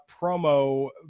promo